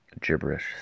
gibberish